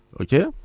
okay